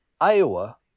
Iowa